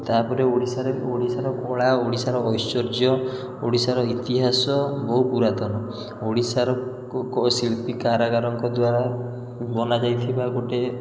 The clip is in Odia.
ତା'ପରେ ଓଡ଼ିଶାରେ ଓଡ଼ିଶାର କଳା ଓଡ଼ିଶାର ଐଶ୍ୱର୍ଯ୍ୟ ଓଡ଼ିଶାର ଇତିହାସ ବହୁ ପୁରାତନ ଓଡ଼ିଶାର କେଉଁ ଶିଳ୍ପୀ କାରିଗରୀଙ୍କ ଦ୍ୱାରା ବନା ଯାଇଥିବା ଗୋଟେ